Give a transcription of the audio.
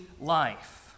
life